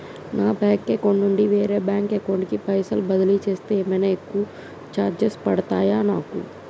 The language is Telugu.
నా బ్యాంక్ అకౌంట్ నుండి వేరే బ్యాంక్ అకౌంట్ కి పైసల్ బదిలీ చేస్తే ఏమైనా ఎక్కువ చార్జెస్ పడ్తయా నాకు?